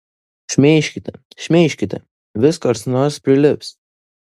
šmeižkite šmeižkite vis kas nors prilips